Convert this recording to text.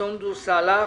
סונדוס סאלח.